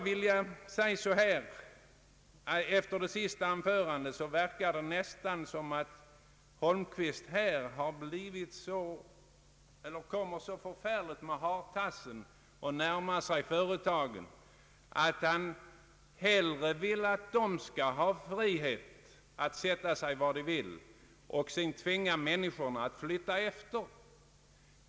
Efter statsrådets senaste anförande verkar det nästan som om han sträcker fram hartassen och närmar sig företagen så försiktigt att han hellre vill att de skall ha frihet att etablera sig var de vill för att sedan tvinga människorna genom efterfrågan på arbete att flytta efter än tvärtom.